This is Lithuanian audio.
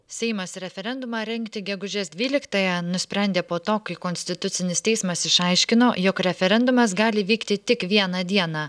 seimas referendumą rengti gegužės dvyliktąją nusprendė po to kai konstitucinis teismas išaiškino jog referendumas gali vykti tik vieną dieną